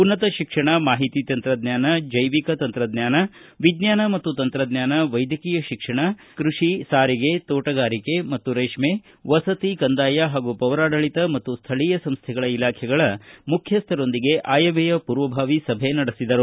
ಉನ್ನತ ಶಿಕ್ಷಣ ಮಾಹಿತಿ ತಂತ್ರಜ್ಞಾನ ಜೈವಿಕ ತಂತ್ರಜ್ಞಾನ ವಿಜ್ಞಾನ ಮತ್ತು ತಂತ್ರಜ್ಞಾನ ವೈದ್ಯಕೀಯ ಶಿಕ್ಷಣ ಕೃಷಿ ಸಾರಿಗೆ ಶೋಟಗಾರಿಕೆ ಮತ್ತು ರೇಷ್ಮೆ ವಸತಿ ಕಂದಾಯ ಹಾಗೂ ಪೌರಾಡಳಿತ ಮತ್ತು ಸ್ಥಳೀಯ ಸಂಸ್ಥೆಗಳ ಇಲಾಖೆಗಳ ಮುಖ್ಯಸ್ವರೊಂದಿಗೆ ಆಯವ್ಯಯ ಪೂರ್ವಭಾವಿ ಸಭೆ ನಡೆಸಿದರು